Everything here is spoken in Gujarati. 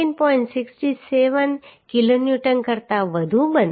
67 કિલોન્યુટન કરતાં વધુ બને